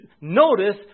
notice